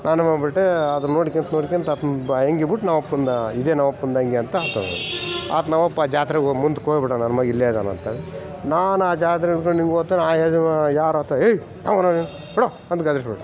ನಾನು ಏನುಮಾಡ್ಬಿಟ್ಟೆ ಅದು ನೋಡ್ಕೊಂತ್ ನೋಡ್ಕೊಂತ ಆತನ ಅಂಗಿ ಬಿಟ್ಟು ನಮ್ಮ ಅಪ್ಪಂದ ಇದೇ ನಮ್ಮ ಅಪ್ಪಂದು ಅಂಗಿ ಅಂತ ಆತದ ಆತ ನಮ್ಮ ಅಪ್ಪ ಜಾತ್ರೆಗೆ ಹೋಗಿ ಮುಂದ್ಕೆ ಹೋಗಿಬಿಟ್ಟನಾ ನನ್ನ ಮಗ ಇಲ್ಲೇ ಇದಾನೆ ಅಂತ ನಾನು ಆ ಜಾತ್ರೆಗೆ ಹಿಡ್ಕಂಡು ಹಿಂಗ್ ಹೋತೆ ಆ ಯಜಮಾನ ಯಾರು ಆತ ಎ ಯಾವನೋ ನೀನು ಬಿಡೋ ಅಂತ ಗದರಿಸಿಬಿಟ್ಟ